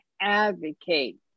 advocate